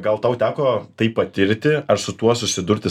gal tau teko tai patirti ar su tuo susidurti